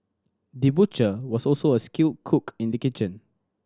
the butcher was also a skilled cook in the kitchen